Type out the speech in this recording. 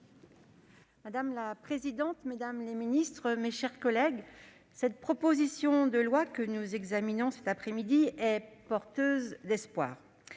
Madame la présidente, mesdames les ministres, mes chers collègues, la proposition de loi que nous examinons cet après-midi est porteuse d'espoir